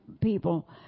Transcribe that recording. people